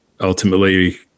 ultimately